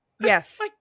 Yes